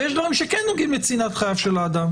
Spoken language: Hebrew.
ויש דברים שכן נוגעים לצנעת חייו של האדם.